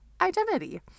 identity